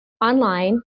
online